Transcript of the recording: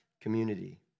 community